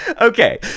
Okay